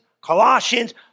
Colossians